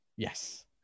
yes